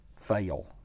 fail